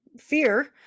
fear